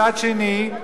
מצד שני,